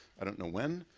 i don't know when,